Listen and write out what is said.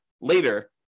later